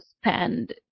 spend